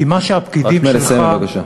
לסיים בבקשה.